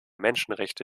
menschenrechte